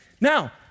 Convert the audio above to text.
Now